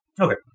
Okay